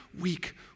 weak